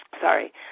Sorry